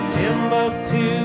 Timbuktu